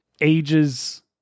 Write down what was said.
ages